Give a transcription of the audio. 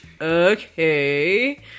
Okay